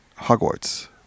Hogwarts